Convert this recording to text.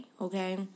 okay